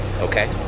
Okay